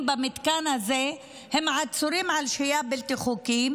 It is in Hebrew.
במתקן הזה הם עצורים על שהייה בלתי חוקית,